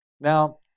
Now